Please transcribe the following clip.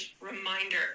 reminder